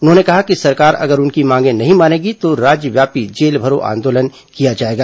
उन्होंने कहा कि सरकार अगर उनकी मांगें नहीं मानेगी तो राज्यव्यापी जेल भरो आंदोलन किया जाएगा